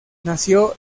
nació